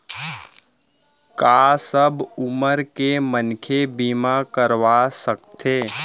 का सब उमर के मनखे बीमा करवा सकथे?